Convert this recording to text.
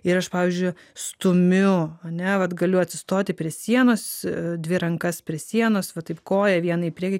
ir aš pavyzdžiu stumiu ane vat galiu atsistoti prie sienos dvi rankas prie sienos va taip koją vieną į priekį